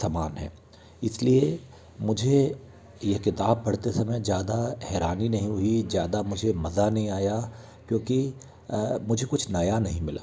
समान हैं इस लिए मुझे ये किताब पढ़ते समय ज़्यादा हैरानी नहीं हुई ज़्यादा मुझे मज़ा नहीं आया क्योंकि मुझे कुछ नया नहीं मिला